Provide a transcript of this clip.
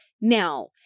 Now